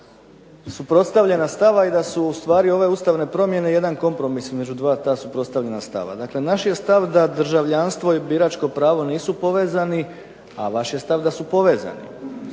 suprotstavljena stava i da su ustvari ove ustavne promjene jedan kompromis između ta dva suprotstavljena stava. Naš je stav da državljanstvo i biračko pravo nisu povezani, a vaš je stav da su povezani.